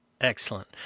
Excellent